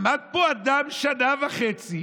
עמד פה אדם שנה וחצי,